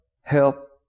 help